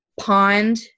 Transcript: pond